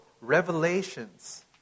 revelations